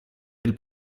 del